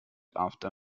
after